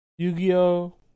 Yu-Gi-Oh